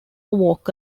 walk